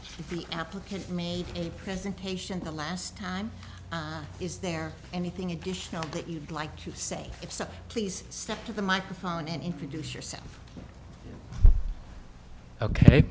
and the applicant made a presentation to the last time is there anything additional that you'd like to say if so please step to the microphone and introduce yourself ok